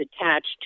attached